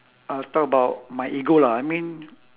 uh talk about my ego lah I mean